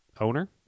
owner